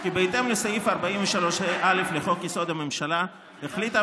כי בהתאם לסעיף 43ה(א) לחוק-יסוד: הממשלה,